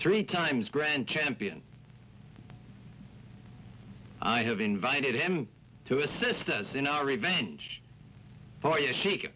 three times grand champion i have invited him to assist us in our revenge for you shake